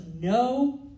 no